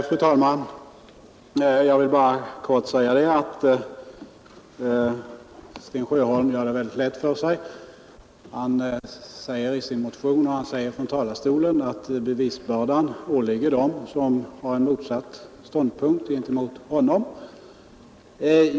Fru talman! Jag vill bara helt kort säga att Sten Sjöholm gör det väldigt lätt för sig. Han skriver i sin motion och säger från kammarens talarstol att bevisbördan åligger dem som har intagit en annan ståndpunkt än han själv.